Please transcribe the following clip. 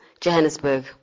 Johannesburg